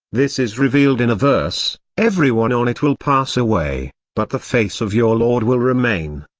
this is revealed in a verse everyone on it will pass away but the face of your lord will remain,